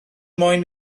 moyn